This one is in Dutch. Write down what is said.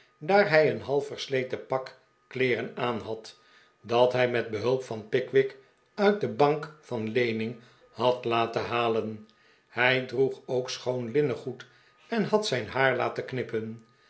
hij een halfversleten pak kleeren aanhad dat hij met behulp van pickwick uit een bank van leening had laten halen hij droeg ook sehoon linnengoed en had zijn haar laten knippen